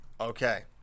okay